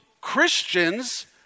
Christians